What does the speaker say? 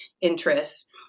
interests